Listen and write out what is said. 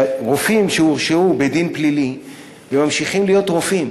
רופאים שהורשעו בדין פלילי וממשיכים להיות רופאים